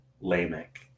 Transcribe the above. Lamech